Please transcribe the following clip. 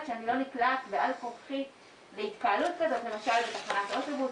שאני לא נקלעת בעל כורחי להתקהלות כזאת למשל בתחנת אוטובוס,